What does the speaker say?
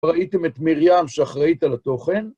ראיתם את מרים שאחראית על התוכן?